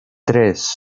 tres